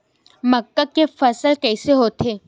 मक्का के फसल कइसे होथे?